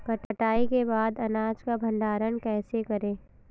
कटाई के बाद अनाज का भंडारण कैसे करें?